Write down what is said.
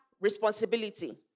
Responsibility